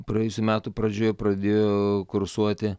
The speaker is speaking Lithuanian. praėjusių metų pradžioje pradėjo kursuoti